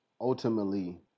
Ultimately